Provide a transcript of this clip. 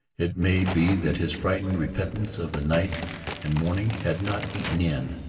it may be that his frightened repentance of the night and morning had not eaten in,